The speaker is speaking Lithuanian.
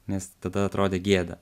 nes tada atrodė gėda